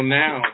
now